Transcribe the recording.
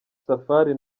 safari